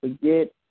forget